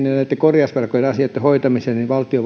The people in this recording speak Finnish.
ja näitten korjausvelkojen asioitten hoitamiseksi valtio